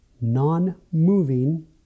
non-moving